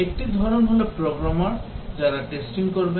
একটি ধরন হলো প্রোগ্রামার যারা টেস্টিং করবেন